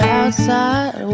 outside